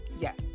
Yes